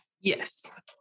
Yes